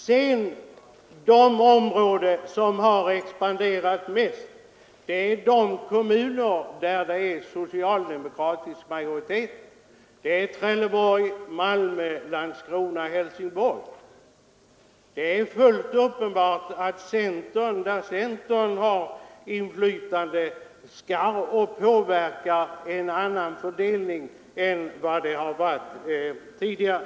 Sedan kan jag nämna att de områden som expanderat mest är de kommuner som har socialdemokratisk majoritet: Trelleborg, Malmö, Landskrona och Helsingborg. Det är fullt klart att vi i centern skall använda vårt inflytande där vi har något till att åstadkomma en annan fördelning än det varit tidigare.